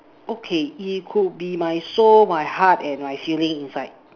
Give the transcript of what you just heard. okay it could be my soul my heart my feeling inside